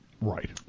Right